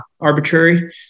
arbitrary